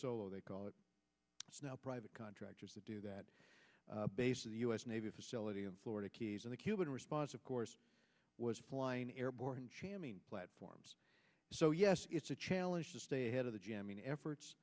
solo they call it now private contractors to do that base of the us navy facility in florida keys in the cuban response of course was flying airborne jamming platforms so yes it's a challenge to stay ahead of the jamming efforts